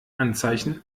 anzeichen